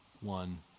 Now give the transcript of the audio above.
one